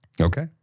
Okay